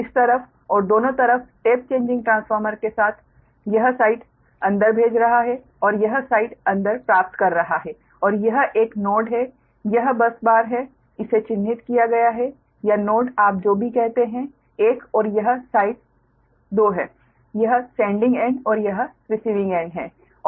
इस तरफ और दोनों तरफ टेप चेंजिंग ट्रांसफॉर्मर के साथ यह साइड अंदर भेज रहा है और यह साइड अंदर प्राप्त कर रहा है और यह एक नोड है यह बस बार है इसे चिह्नित किया गया है या नोड आप जो भी कहते हैं 1 और यह साइड 2 है यह सेंडिंग एंड और यह रिसीविंग एंड है